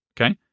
Okay